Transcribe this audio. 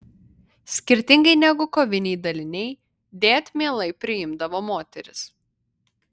skirtingai negu koviniai daliniai dėt mielai priimdavo moteris